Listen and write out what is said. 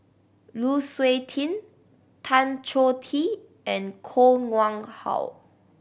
Lu Suitin Tan Choh Tee and Koh Nguang How